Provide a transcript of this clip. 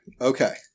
okay